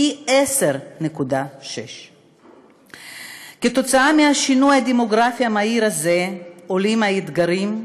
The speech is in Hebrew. פי 10.6. כתוצאה מהשינוי הדמוגרפי המהיר הזה גוברים האתגרים,